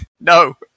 No